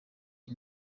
iyi